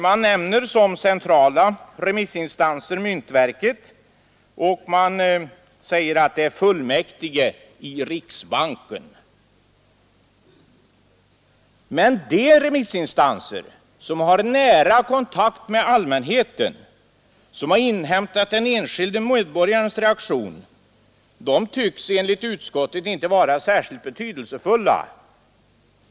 Man nämner som centrala remissinstanser myntverket och fullmäktige i riksbanken. Men de remissinstanser som har nära kontakt med allmänheten, som har inhämtat den enskilde medborgarens reaktion tycks enligt utskottet inte vara särskilt betydelsefulla.